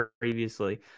previously